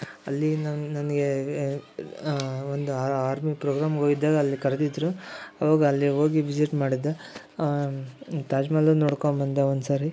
ಅಲ್ಲಿ ನನ್ನ ನನಗೆ ಒಂದು ಆರ್ಮಿ ಪ್ರೋಗ್ರಾಮ್ಗೆ ಹೋಗಿದ್ದಾಗ ಅಲ್ಲಿ ಕರೆದಿದ್ರು ಅವಾಗ ಅಲ್ಲಿ ಹೋಗಿ ವಿಸಿಟ್ ಮಾಡಿದ್ದೆ ತಾಜ್ಮಹಲನ್ನು ನೋಡ್ಕೊಂಡ್ಬಂದೆ ಒಂದು ಸಾರಿ